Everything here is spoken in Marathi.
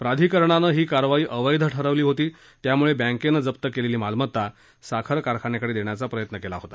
प्राधिकरणानं ही कारवाई अवैध ठरवली होती त्यामुळे बँकेनं जप्त केलेली मालमत्ता साखर कारखान्याकडे देण्याचा प्रयत्न केला होता